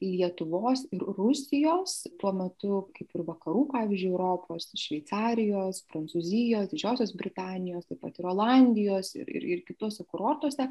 lietuvos ir rusijos tuo metu kaip ir vakarų pavyzdžiui europos šveicarijos prancūzijos didžiosios britanijos taip pat ir olandijos ir ir kituose kurortuose